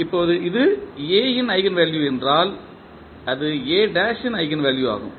இப்போது இது A இன் ஈஜென்வெல்யூ என்றால் அது இன் ஈஜென்வெல்யூ ஆகும்